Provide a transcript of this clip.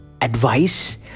advice